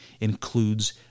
includes